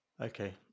Okay